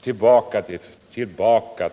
Tillbaka till ämnet!